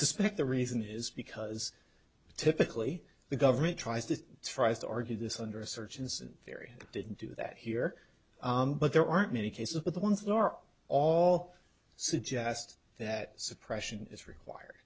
suspect the reason is because typically the government tries to tries to argue this under a surgeon's very didn't do that here but there aren't many cases but the ones that are all suggest that suppression is required